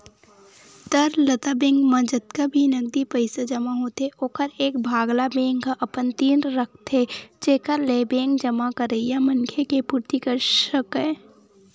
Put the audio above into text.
तरलता बेंक म जतका भी नगदी पइसा जमा होथे ओखर एक भाग ल बेंक ह अपन तीर रखथे जेखर ले बेंक जमा करइया मनखे के पुरती कर सकय